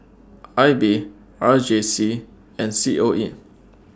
I B R J C and C O E